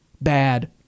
Bad